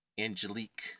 Angelique